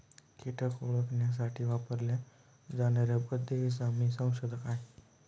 कीटक ओळखण्यासाठी वापरल्या जाणार्या पद्धतीचा मी संशोधक आहे